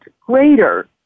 greater